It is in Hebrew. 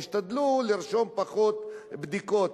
תשתדלו לרשום פחות בדיקות,